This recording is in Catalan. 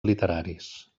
literaris